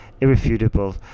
irrefutable